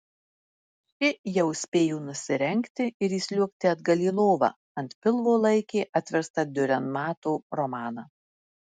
ši jau spėjo nusirengti ir įsliuogti atgal į lovą ant pilvo laikė atverstą diurenmato romaną